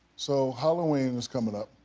so halloween is coming up.